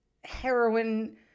heroin